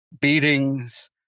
beatings